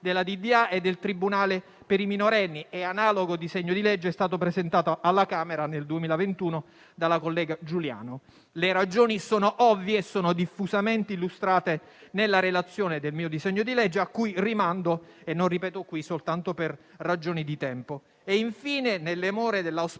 (DDA) e del tribunale per i minorenni. Analogo disegno di legge è stato presentato alla Camera nel 2021 dalla collega Giuliano. Le ragioni sono ovvie e sono diffusamente illustrate nella relazione del mio disegno di legge, a cui rimando e non ripeto qui soltanto per ragioni di tempo. Infine, nelle more dell'auspicata